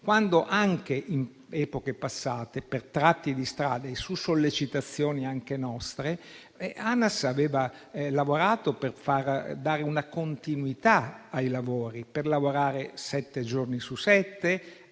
quando anche in epoche passate, per tratti di strade e su sollecitazioni anche nostre, Anas aveva lavorato per dare continuità ai lavori, lavorando sette giorni su sette,